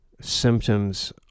symptoms